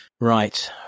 Right